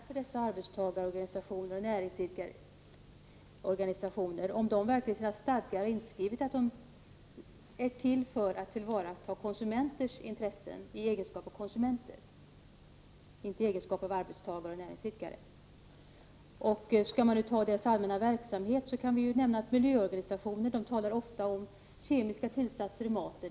Herr talman! Jag skulle väldigt gärna vilja se om det i stadgarna för dessa arbetstagarorganisationer och näringsidkarorganisationer finns inskrivet att de är till för att tillvarata konsumenternas intressen i egenskap av konsumenter och inte i egenskap av arbetstagare och näringsidkare. Om vi skall tala om organisationernas allmänna verksamhet kan jag nämna att miljöorganisationerna ofta talar om kemiska tillsatser i maten.